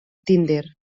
tinder